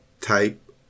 type